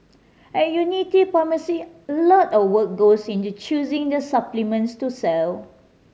at Unity Pharmacy a lot of work goes into choosing the supplements to sell